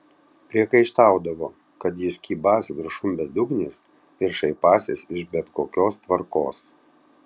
priekaištaudavo kad jis kybąs viršum bedugnės ir šaipąsis iš bet kokios tvarkos